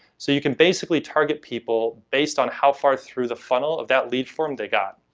so you can basically target people based on how far through the funnel of that lead form they got.